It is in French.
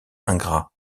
ingrat